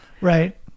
Right